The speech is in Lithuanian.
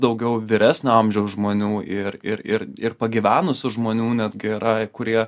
daugiau vyresnio amžiaus žmonių ir ir ir ir pagyvenusių žmonių netgi yra kurie